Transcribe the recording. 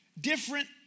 different